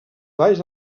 baix